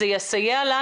זה יסייע לנו.